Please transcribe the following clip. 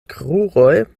kruroj